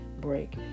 break